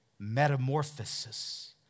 metamorphosis